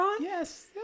yes